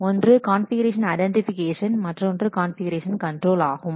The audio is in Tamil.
ஒன்று கான்ஃபிகுரேஷன் ஐடெண்டிஃபிகேஷன் மற்றொன்று கான்ஃபிகுரேஷன் கண்ட்ரோல் ஆகும்